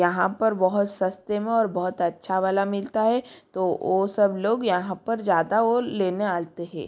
यहाँ पर बहुत सस्ते में और बहुत अच्छा वाला मिलता है तो वो सब लोग यहाँ पर ज़्यादा वो लेने आते हैं